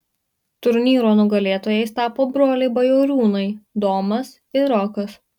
turnyro nugalėtojais tapo broliai bajoriūnai domas ir rokas